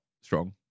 strong